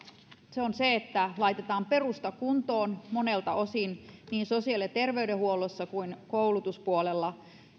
laitetaan perusta kuntoon monelta osin niin sosiaali ja terveydenhuollossa kuin koulutuspuolella